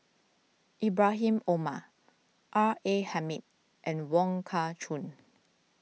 Ibrahim Omar R A Hamid and Wong Kah Chun